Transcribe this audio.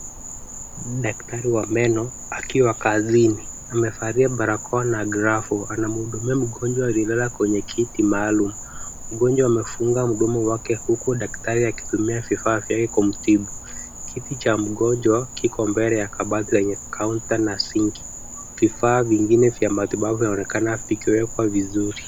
Huyu ni daktari wa meno akiwa kazini. Amevalia barakoa na glavu. Anamhudumia mgonjwa aliyelala kwenye kiti maalum. Mgonjwa amefunga mdomo huku daktari akitumia vifaa vyake kumtibu. Kiti cha mgonjwa kiko mbele ya kabati lenye kaunta na sinki. Vifaa vingine vya matibabu vyaonekana vikiwekwa vizuri.